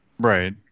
Right